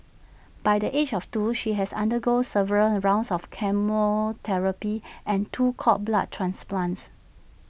by the age of two she had undergone several rounds of chemotherapy and two cord blood transplants